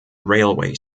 railway